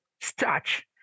starch